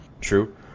True